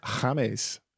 James